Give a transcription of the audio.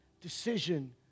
decision